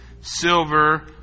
silver